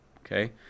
Okay